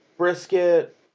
brisket